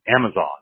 Amazon